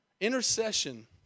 Intercession